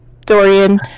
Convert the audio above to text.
Dorian